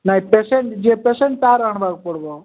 ନାଇଁ ପେସେଣ୍ଟ ଯିଏ ପେସେଣ୍ଟ ତା'ର ଆଣିବାକୁ ପଡ଼ିବ